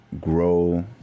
grow